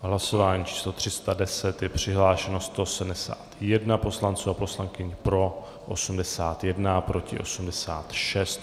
V hlasování číslo 310 je přihlášeno 171 poslanců a poslankyň, pro 81, proti 86.